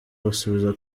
abasubiza